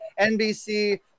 NBC